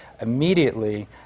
immediately